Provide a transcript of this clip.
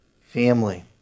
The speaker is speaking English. family